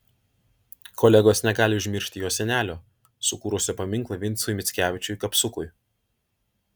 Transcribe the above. kolegos negali užmiršti jo senelio sukūrusio paminklą vincui mickevičiui kapsukui